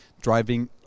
driving